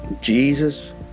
Jesus